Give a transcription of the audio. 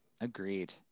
Agreed